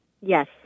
Yes